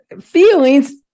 feelings